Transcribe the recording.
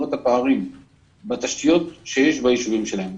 את הפערים בתשתיות שיש ביישובים שלהם,